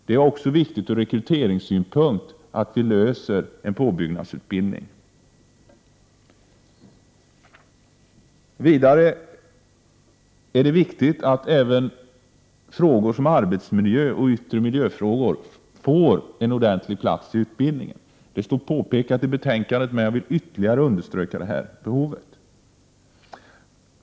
Det är också viktigt från rekryteringssynpunkt att lösa påbyggnadsutbildningsproblemet. Vidare är det viktigt att även frågor om arbetsmiljö och yttre miljö-frågor får en bra plats i utbildningen. Detta påpekas i betänkandet, men jag vill ytterligare understryka behovet.